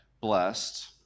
blessed